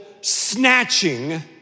snatching